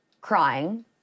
crying